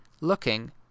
looking